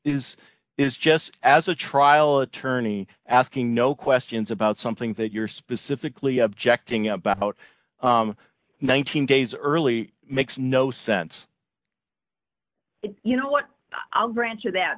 is is just as a trial attorney asking no questions about something that you're specifically objecting about nineteen days early makes no sense you know what i'll grant you that